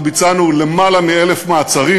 אנחנו ביצענו יותר מ-1,000 מעצרים.